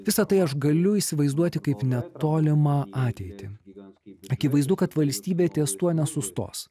visa tai aš galiu įsivaizduoti kaip netolimą ateitį akivaizdu kad valstybė ties tuo nesustos